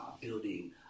building